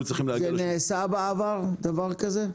צריכים להגיע --- זה נעשה בעבר דבר כזה?